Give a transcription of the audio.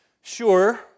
Sure